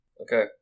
okay